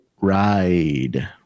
ride